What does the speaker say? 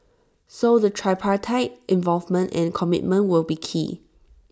so the tripartite involvement and commitment will be key